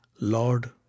Lord